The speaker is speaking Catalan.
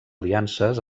aliances